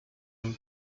and